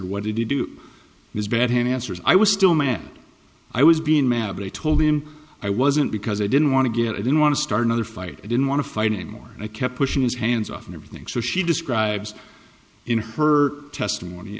what did you do it was bad him answers i was still man i was being madly i told him i wasn't because i didn't want to get i didn't want to start another fight i didn't want to fight anymore and i kept pushing his hands off and everything so she describes in her testimony